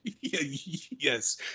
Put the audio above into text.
Yes